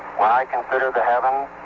when i consider the heavens,